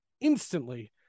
instantly